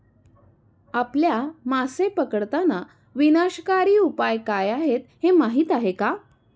आपल्या मासे पकडताना विनाशकारी उपाय काय आहेत हे माहीत आहे का?